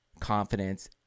confidence